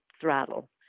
throttle